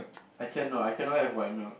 I cannot I cannot have white milk